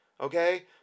okay